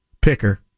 picker